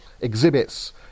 exhibits